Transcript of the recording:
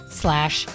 slash